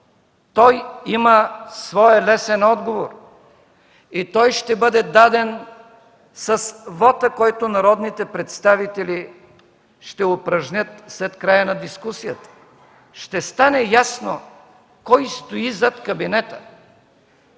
той има своя лесен отговор. Той ще бъде даден с вота, който народните представители ще упражнят след края на дискусията. Ще стане ясно кой стои зад кабинета,